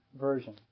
Version